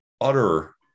utter